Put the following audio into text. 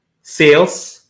sales